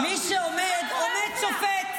מי שעומד, עומד שופט.